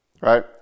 Right